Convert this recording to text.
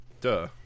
Duh